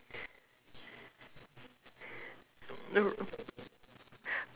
r~